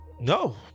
No